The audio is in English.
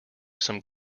some